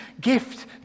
gift